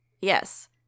Yes